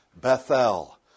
Bethel